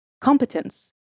competence